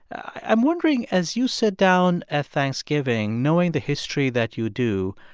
i'm wondering as you sit down at thanksgiving, knowing the history that you do,